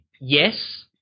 yes